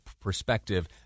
perspective